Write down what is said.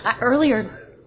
Earlier